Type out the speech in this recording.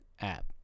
app